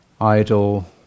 Idle